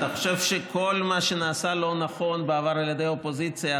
אתה חושב שכל מה שנעשה לא נכון בעבר על ידי האופוזיציה,